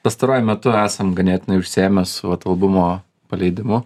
pastaruoju metu esam ganėtinai užsiėmę su vat albumo paleidimu